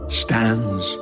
stands